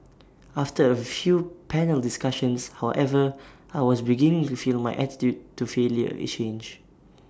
after A few panel discussions however I was beginning to feel my attitude to failure change